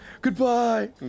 goodbye